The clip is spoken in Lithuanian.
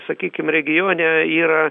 sakykim regione yra